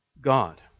God